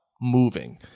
moving